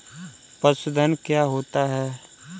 पशुधन क्या होता है?